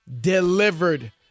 delivered